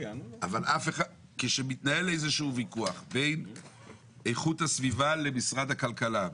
אבל כשמתנהל איזה שהוא ויכוח בין איכות הסביבה למשרד הכלכלה,